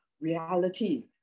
reality